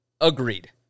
Agreed